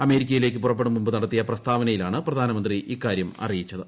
അമേരിക്കയിലേയ്ക്ക് പുറപ്പെടുംമുമ്പ് നടത്തിയ പ്രസ്താവനയിലാണ് പ്രധാനമന്ത്രി ഇക്കാര്യം അറിയിച്ചത്